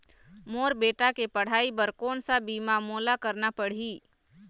मोर बेटा के पढ़ई बर कोन सा बीमा मोला करना पढ़ही?